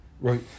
Right